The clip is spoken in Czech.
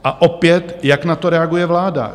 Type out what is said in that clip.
A opět, jak na to reaguje vláda?